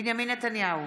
בנימין נתניהו,